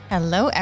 Hello